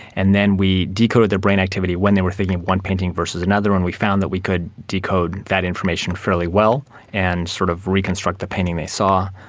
and then we decoded their brain activity when they were thinking of one painting versus another, and we found that we could decode that information fairly well and sort of reconstruct the painting they saw,